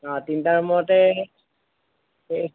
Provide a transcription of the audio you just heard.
অঁ তিনিটা ৰূমতে এই